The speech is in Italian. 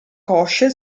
cosce